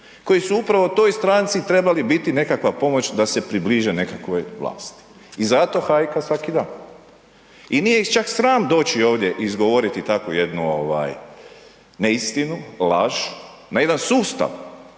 koji su upravo toj stranci trebali biti nekakva pomoć da se približe nekakvoj vlasti. I zato hajka svaki dan i nije ih čak sram doći ovdje izgovoriti takvu jednu neistinu, laž na jedan sustav,